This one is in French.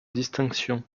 distinction